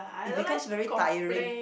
it becomes very tiring